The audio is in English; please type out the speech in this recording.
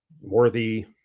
worthy